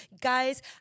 Guys